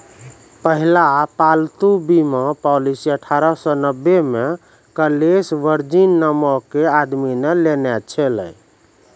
पहिला पालतू बीमा पॉलिसी अठारह सौ नब्बे मे कलेस वर्जिन नामो के आदमी ने लेने छलै